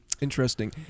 Interesting